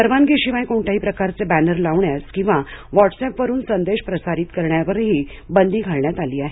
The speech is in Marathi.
परवानगीशिवाय कोणत्याही प्रकारचे बॅनर लावण्यास किंवा व्हाट्स अँप वरून संदेश प्रसारित करण्यावरही बंदी घालण्यात आली आहे